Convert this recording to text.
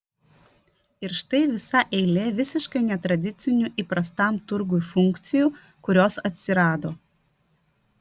ir štai visa eilė visiškai netradicinių įprastam turgui funkcijų kurios atsirado